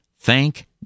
thank